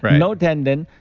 but no tendon,